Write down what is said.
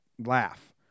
laugh